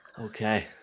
Okay